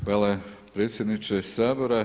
Hvala predsjedniče Sabora.